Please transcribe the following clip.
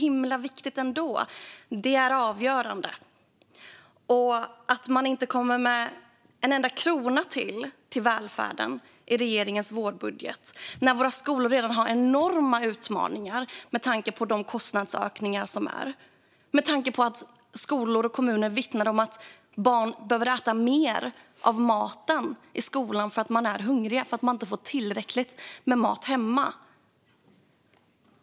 I regeringens vårbudget lägger man inte en enda ytterligare krona till välfärden när våra skolor har enorma utmaningar med tanke på de kostnadsökningar som är. Skolor och kommuner vittnar om att barn behöver äta mer av maten i skolan för att de är hungriga. De får inte tillräckligt med mat hemma.